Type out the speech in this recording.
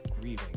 grieving